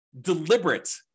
deliberate